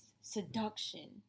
seduction